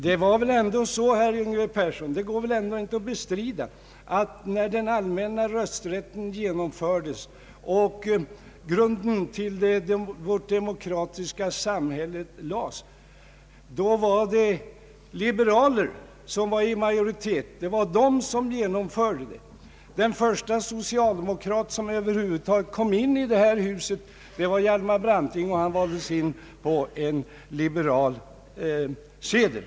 Men, herr Yngve Persson, det går inte att bestrida att när den allmänna rösträtten genomfördes och grunden till vårt demokratiska samhälle lades så var det liberalerna som var i majoritet och genomförde denna stora reform. Den första socialdemokrat som över huvud taget kom in i detta hus var Hjalmar Branting, och han valdes på en liberal sedel.